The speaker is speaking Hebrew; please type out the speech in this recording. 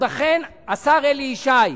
השר אלי ישי,